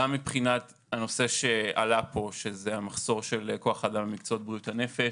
גם מבחינת הנושא שעלה פה שזה המחסור של כוח אדם במקצועות בריאות הנפש.